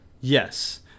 Yes